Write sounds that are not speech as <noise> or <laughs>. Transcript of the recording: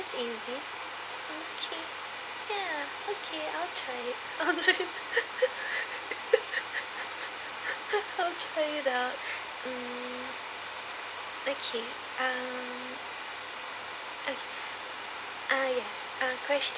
it's easy okay ya okay I'll try online <laughs> I'll try it out mm okay um <noise> ah yes ah question